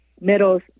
middles